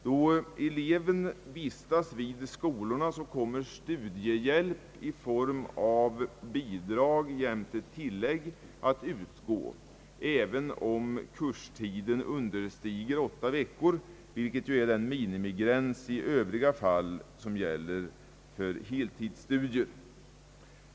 Då eleverna vistas vid skolorna kommer studiehjälp i form av bidrag jämte tillägg att utgå, även om kurstiden understiger åtta veckor, vilket ju är den minimigräns i Övriga fall som gäller för heltidsstudier.